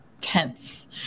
tense